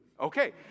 Okay